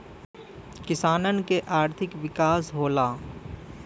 किसानन के आर्थिक विकास होला